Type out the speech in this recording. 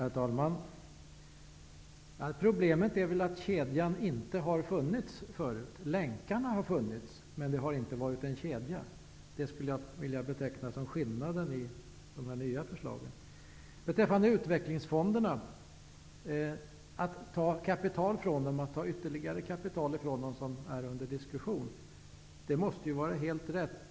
Herr talman! Problemet är väl att kedjan inte har funnits förut. Länkarna har funnits, men det har inte varit en kedja. Det skulle jag vilja beteckna som skillnaden i de nya förslagen. Att ta ytterligare kapital från Utvecklingsfonderna, som är under diskussion, måste vara helt rätt.